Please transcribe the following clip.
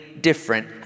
different